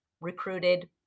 recruited